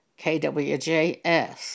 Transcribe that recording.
KWJS